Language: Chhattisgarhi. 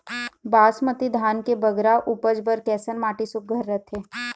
बासमती धान के बगरा उपज बर कैसन माटी सुघ्घर रथे?